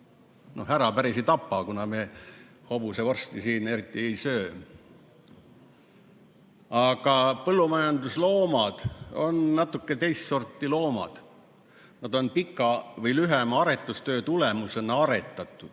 Päris ära ei tapa, kuna me hobusevorsti siin eriti ei söö. Aga põllumajandusloomad on natuke teist sorti loomad. Nad on pikema või lühema aretustöö tulemusena aretatud,